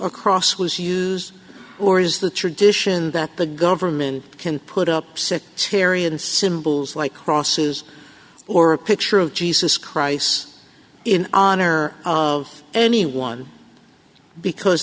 across was used or is the tradition that the government can put up six hereon symbols like crosses or a picture of jesus christ in honor of anyone because